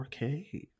4K